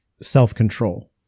self-control